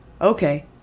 okay